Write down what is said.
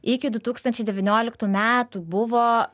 iki du tūkstančiai devynioliktų metų buvo